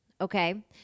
okay